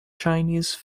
chinese